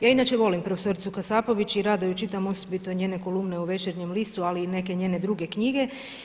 Ja inače volim profesoricu Kasapović i rado ju čitam, osobito njene kolumne u Večernjem listu, ali i neke njene druge knjige.